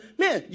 man